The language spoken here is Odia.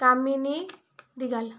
କାମିନୀ ଦିଗାଲ